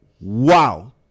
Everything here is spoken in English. wow